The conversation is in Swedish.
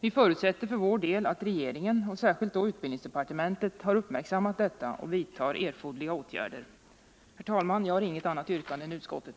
Vi förutsätter för vår del att regeringen, och då särskilt utbildningsdepartementet, har uppmärksammat detta och vidtar erforderliga åtgärder. Herr talman! Jag har inget annat yrkande än utskottet.